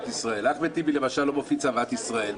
אחמד טיבי למשל לא מפיץ אהבת ישראל,